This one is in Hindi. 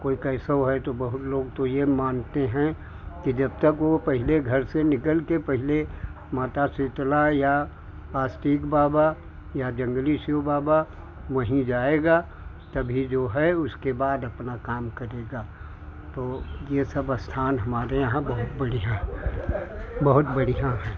कोई कैसो है तो बहुत लोग तो ये मानते हैं कि जब तक वो पहले घर से निकल के पहले माता सीतला या आस्तिक बाबा या जंगली शिव बाबा वहीं जाएगा तभी जो है उसके बाद अपना काम करेगा तो ये सब स्थान हमारे यहाँ बहुत बढ़िया है बहुत बढ़िया हैं